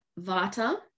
vata